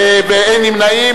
ואין נמנעים,